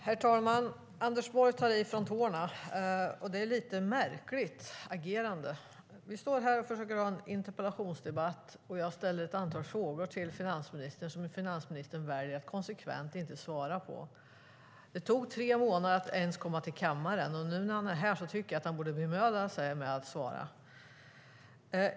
Herr talman! Anders Borg tar i från tårna. Det är ett lite märkligt agerande. Vi står här och försöker ha en interpellationsdebatt, och jag ställde ett antal frågor till finansministern som han väljer att konsekvent inte svara på. Det tog tre månader att ens komma till kammaren, och nu när han är här tycker jag att han borde bemöda sig om att svara.